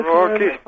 Rocky